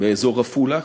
באזור עפולה.